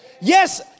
Yes